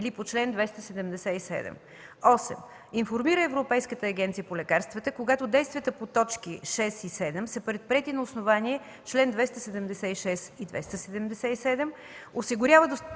или по чл. 277; 8. информира Европейската агенция по лекарствата, когато действията по т. 6 и 7 са предприети на основание чл. 276 и 277;